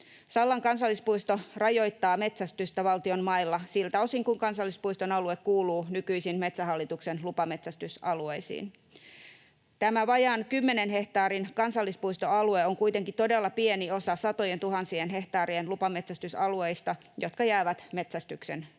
Sallan kansallispuisto rajoittaa metsästystä valtion mailla siltä osin kuin kansallispuiston alue kuuluu nykyisin Metsähallituksen lupametsästysalueisiin. Tämä vajaan 10 hehtaarin kansallispuistoalue on kuitenkin todella pieni osa satojentuhansien hehtaarien lupametsästysalueista, jotka jäävät metsästäjien käyttöön.